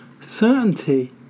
certainty